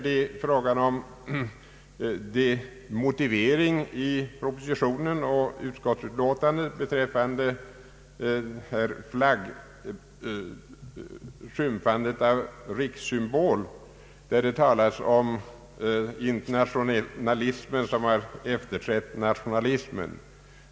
Det är fråga om den motivering i propositionen och i utskottsutlåtandet beträffande skymfandet av rikssymbol i vilken det talas om internationalismen som har efterträtt nationalismen.